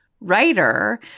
writer